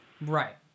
right